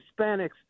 Hispanics